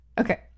Okay